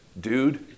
dude